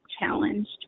challenged